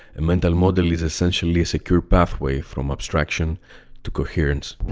a mental model is, essentially, a secure pathway from abstraction to coherence.